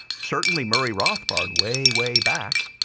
certainly murray rothbard way, way back